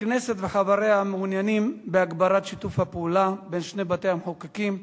הכנסת וחבריה מעוניינים בהגברת שיתוף הפעולה בין שני בתי-המחוקקים,